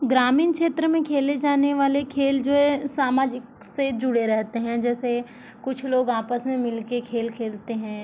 ग्रामीण क्षेत्र में खेले जाने वाले खेल जो हैं सामाजिक से जुड़े रहते हैं जैसे कुछ लोग आपस में मिल के खेल खेलते हैं